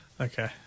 Okay